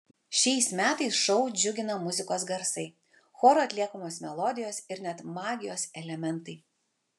šiais metais šou džiugina muzikos garsai choro atliekamos melodijos ir net magijos elementai